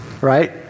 right